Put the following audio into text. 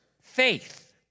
faith